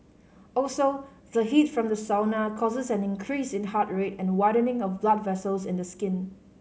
also the heat from the sauna causes an increase in heart rate and widening of blood vessels in the skin